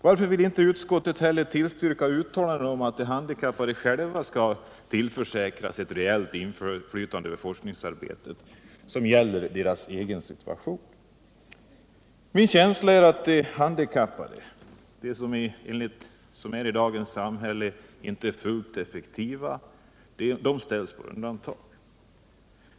Varför vill inte utskottet heller tillstyrka att de handikappade själva skall tillförsäkras ett reellt inflytande över forskningsarbete som gäller deras egen situation? Min känsla är att de handikappade, de som i dagens samhälle inte är fullt effektiva, ställs på undantag.